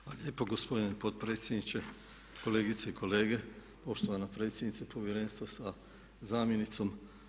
Hvala lijepo gospodine potpredsjedniče, kolegice i kolege, poštovana predsjednice Povjerenstva sa zamjenicom.